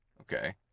Okay